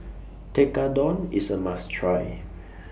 Tekkadon IS A must Try